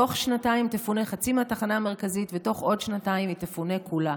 תוך שנתיים יפונה חצי מהתחנה המרכזית ותוך עוד שנתיים היא תפונה כולה.